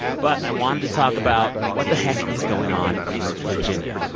but i wanted to talk about what the heck is going on in virginia.